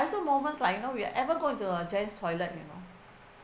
also moments lah you know we ever go into a gent's toilet you know